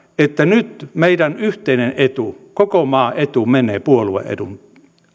että nyt meidän yhteinen etu koko maan etu menee puolueen edun